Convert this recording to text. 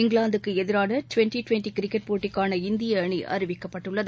இங்கிலாந்துக்கு எதிரான twenty twenty cricket போட்டிக்கான இந்திய அணி அறிவிக்கப்பட்டுள்ளது